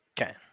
okay